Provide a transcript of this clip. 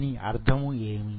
దీని అర్థము ఏమి